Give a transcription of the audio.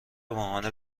ماهانه